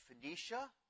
Phoenicia